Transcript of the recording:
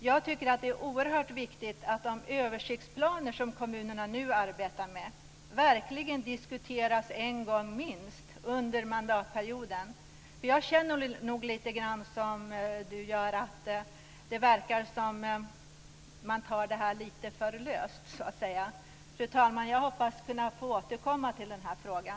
Jag tycker att det är oerhört viktigt att de översiktsplaner som kommunerna nu arbetar med verkligen diskuteras minst en gång under mandatperioden. Jag känner lite grann som Sten Lundström gör, nämligen att det verkar som att man tar lite för lätt på detta. Fru talman! Jag hoppas kunna få återkomma till frågan.